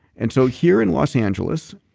and so here in los angeles,